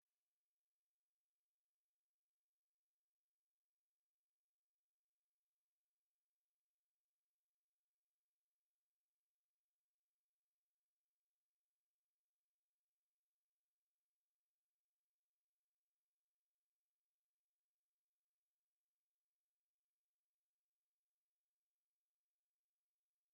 Abanyeshuri bari kugana aho barira saa sita, bambaye impuzankano zisa bose, hasi hasa kacyi, hejuru bambaye ishati zisa umweru, iyo hakonje bambara imipira y'imbeho y'icyatsi. Ni byiza ko amashuri yose agaburira abana saa sita kugira ngo babashe gusubira mu ishuri bige neza badashonje, bityo babashe gukurikira.